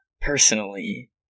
personally